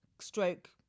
stroke